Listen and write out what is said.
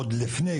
עוד לפני,